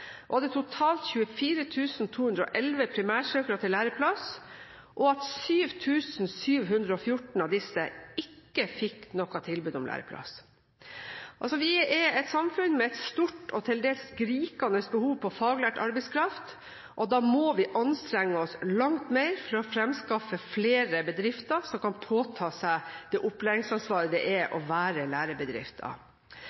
det totalt 24 211 primærsøkere til læreplass, og at 7 714 av disse ikke fikk noe tilbud om læreplass. Vi er et samfunn med et stort og til dels skrikende behov for faglært arbeidskraft, og da må vi anstrenge oss langt mer for å fremskaffe flere bedrifter som kan påta seg det opplæringsansvaret det er